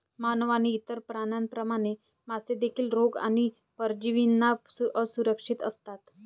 मानव आणि इतर प्राण्यांप्रमाणे, मासे देखील रोग आणि परजीवींना असुरक्षित असतात